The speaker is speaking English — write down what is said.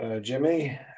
Jimmy